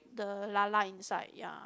the lah lah inside ya